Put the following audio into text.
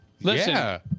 Listen